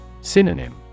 Synonym